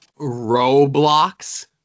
Roblox